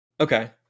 Okay